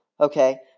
Okay